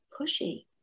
pushy